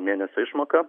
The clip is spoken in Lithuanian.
mėnesio išmoka